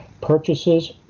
purchases